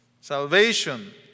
Salvation